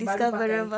baru pakai